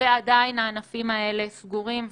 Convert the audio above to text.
ועדיין הענפים האלה סגורים.